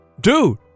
dude